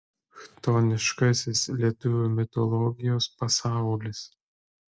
chtoniškasis lietuvių mitologijos pasaulis